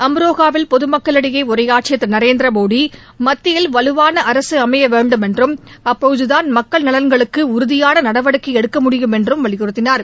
அம்ரோகாவில் பொதுமக்களிடையேஉரையாற்றியதிருநரேந்திரமோடிமத்தியில் வலுவானஅரசுஅமையவேண்டும் என்றும் அப்போததான் மக்கள் நலன்களுக்குஉறுதியானநடவடிக்கைஎடுக்க முடியும் என்றுவலியுறுத்தினார்